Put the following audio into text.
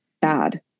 bad